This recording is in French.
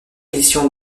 édition